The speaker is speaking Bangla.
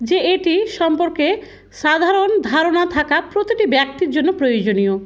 যে এটি সম্পর্কে সাধারণ ধারণা থাকা প্রতিটি ব্যক্তির জন্য প্রয়োজনীয়